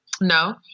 No